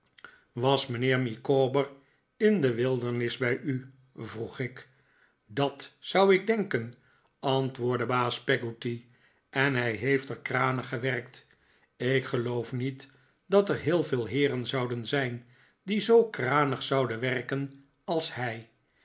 was mijnheer micawber in de wildernis bij u vroeg ik dat zou ik denken antwoordde baas peggotty en hij heeft er kranig gewerkt ik geloof niet dat er heel veel heeren zouden zijn die zoo kranig zouden werken als hij